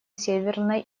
северной